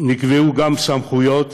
נקבעו גם סמכויות